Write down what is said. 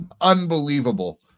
Unbelievable